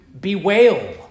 bewail